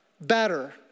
Better